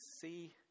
see